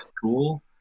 cool